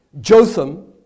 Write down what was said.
Jotham